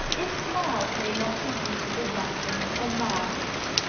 if smiles may not be used for weapons or masks,